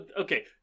Okay